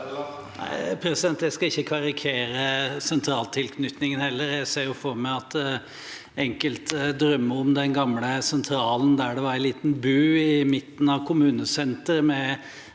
Jeg skal heller ikke karikere sentraltilknytningen. Jeg ser jo for meg at enkelte drømmer om den gamle sentralen, der det var en liten bu i midten av kommunesenteret med